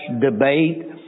debate